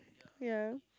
yeah